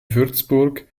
würzburg